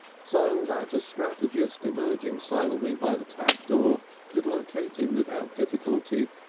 so that a strategist emerging silently by the tap door could locate him without difficulty,